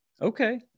okay